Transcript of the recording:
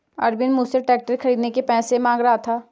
अरविंद मुझसे ट्रैक्टर खरीदने के पैसे मांग रहा था